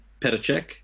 Petacek